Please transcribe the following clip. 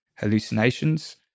hallucinations